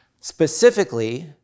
specifically